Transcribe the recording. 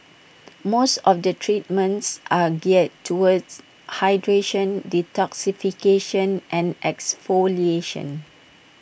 most of the treatments are geared towards hydration detoxification and exfoliation